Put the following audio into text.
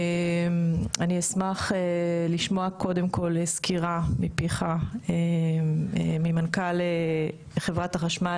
אני אשמח לשמוע קודם כל סקירה ממנכ"ל חברת החשמל,